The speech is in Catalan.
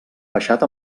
baixat